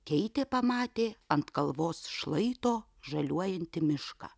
keitė pamatė ant kalvos šlaito žaliuojantį mišką